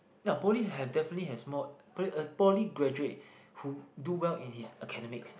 ya poly have definitely has more a poly graduate who do well in his academics